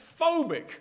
phobic